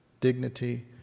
dignity